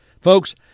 Folks